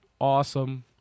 awesome